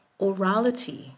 orality